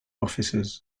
officers